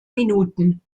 minuten